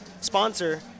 sponsor